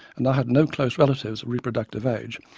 and i had no close relatives of reproductive age,